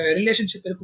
relationship